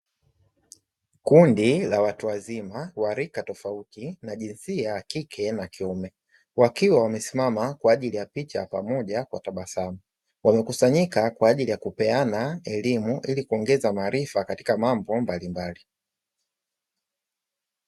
Kundi la watu wazima wa rika tofauti na jinsia ya kike na kiume. Wakiwa wamesimama kwa ajili ya picha pamoja kwa tabasamu. Wamekusanyika kwa ajili ya kupeana elimu, ili kuongeza maarifa katika mambo mbalimbali.